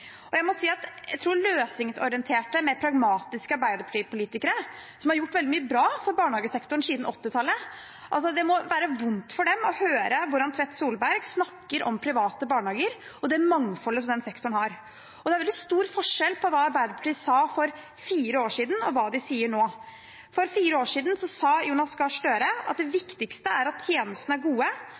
Jeg må si at for løsningsorienterte, mer pragmatiske Arbeiderparti-politikere, som har gjort veldig mye bra for barnehagesektoren siden 1980-tallet, må det være vondt å høre hvordan representanten Tvedt Solberg snakker om private barnehager og det mangfoldet som er i denne sektoren. Det er veldig stor forskjell på det Arbeiderpartiet sa for fire år siden, og det de sier nå. For fire år siden sa Jonas Gahr Støre at det viktigste er at tjenestene er gode,